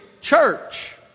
church